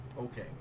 Okay